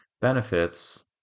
benefits